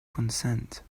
consent